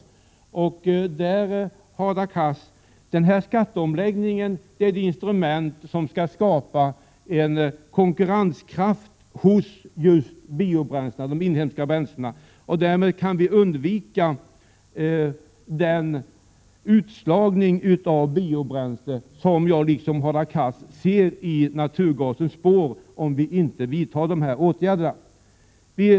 Denna skatteomläggning, Hadar Cars, är det instrument som kan skapa en konkurrenskraft hos just biobränslena, de inhemska bränslena. Därmed kan vi undvika den utslagning av biobränsle som jag, liksom Hadar Cars, ser i naturgasens spår, om inte de här åtgärderna vidtas.